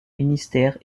ministère